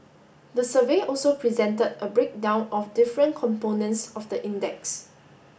the survey also presented a breakdown of different components of the index